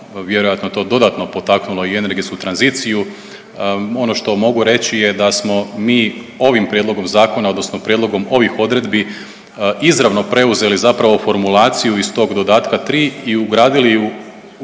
vjerojatno to dodatno potaknulo i energetsku tranziciju. Ono što mogu reći je da smo mi ovim prijedlogom zakona odnosno prijedlogom ovih odredbi izravno preuzeli zapravo formulaciju iz tog dodatka tri i ugradili ju